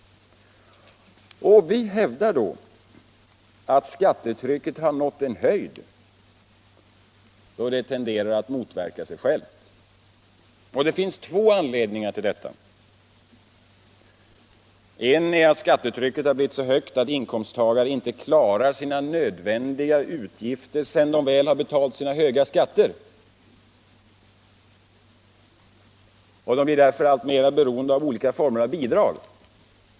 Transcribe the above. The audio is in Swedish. Vi hävdar att skattetrycket har nått en höjd då det tenderar att motverka sig självt. Det finns två anledningar härtill. En är att skattetrycket har blivit så högt att inkomsttagare inte klarar sina nödvändiga utgifter sedan de väl har betalt sina höga skatter. De blir därför alltmer beroende av bidrag.